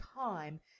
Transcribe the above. time